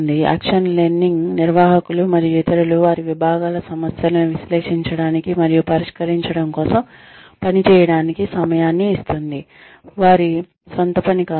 action learning నిర్వాహకులు మరియు ఇతరులు వారి విభాగాల సమస్యలను విశ్లేషించడానికి మరియు పరిష్కరించడం కోసం పని చేయడానికి సమయాన్ని ఇస్తుంది వారి సొంత పని కాకుండా